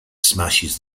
smashes